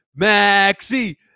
Maxi